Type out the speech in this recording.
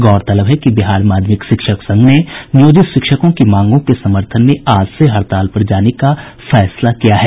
गौरतलब है कि बिहार माध्यमिक शिक्षक संघ ने नियोजित शिक्षकों की मांगों के समर्थन में आज से हड़ताल पर जाने का फैसला किया है